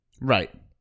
right